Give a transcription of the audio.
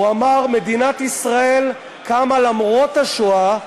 הוא אמר: מדינת ישראל קמה למרות השואה,